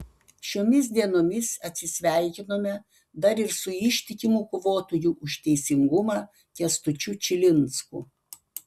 šiomis dienomis atsisveikinome dar ir su ištikimu kovotoju už teisingumą kęstučiu čilinsku